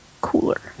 cooler